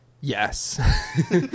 yes